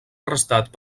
arrestat